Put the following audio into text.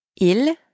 Il